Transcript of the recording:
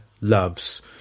loves